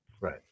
Right